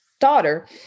daughter